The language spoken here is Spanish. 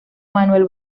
manuel